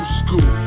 school